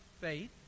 faith